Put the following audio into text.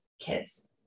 kids